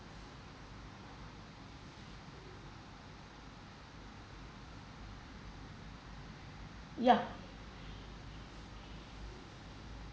yeah